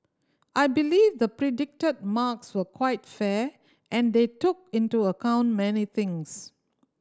I believe the predicted marks were quite fair and they took into account many things